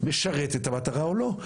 משרת את המטרה או לא.